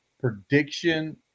Prediction